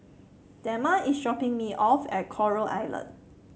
Dema is dropping me off at Coral Island